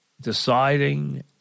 deciding